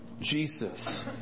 Jesus